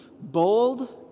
bold